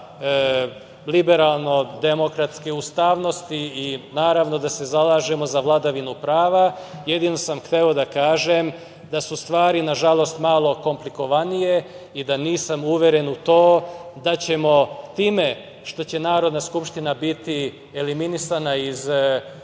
liberalno-demokratske ustavnosti i naravno da se zalažemo za vladavinu prava. Jedino sam hteo da kažem da su stvari, nažalost, malo komplikovanije i da nisam uveren u to da ćemo time što će Narodna skupština biti eliminisana iz postupaka